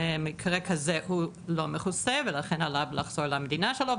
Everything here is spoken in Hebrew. מקרה כזה לא מכוסה ולכן עליו לחזור למדינה שלו.